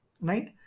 right